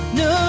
no